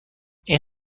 این